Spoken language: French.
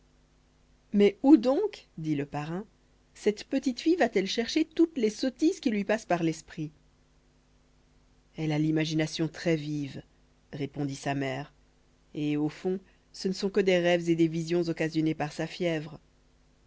mais où donc dit le parrain cette petite fille va-t-elle chercher toutes les sottises qui lui passent par l'esprit elle a l'imagination très vive répondit sa mère et au fond ce ne sont que des rêves et des visions occasionnés par sa fièvre